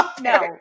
no